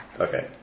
Okay